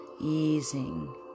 easing